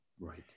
Right